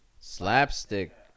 Slapstick